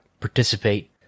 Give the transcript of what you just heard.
participate